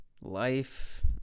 Life